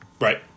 Right